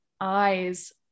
eyes